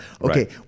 Okay